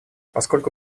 поскольку